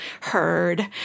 heard